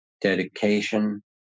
dedication